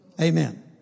Amen